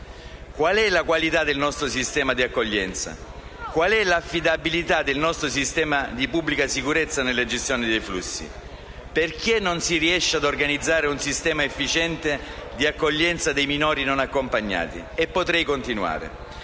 Qual è la qualità del nostro sistema di accoglienza? Qual è l'affidabilità del nostro sistema di pubblica sicurezza nella gestione dei flussi? Perché non si riesce ad organizzare un sistema efficiente di accoglienza dei minori non accompagnati? E potrei continuare.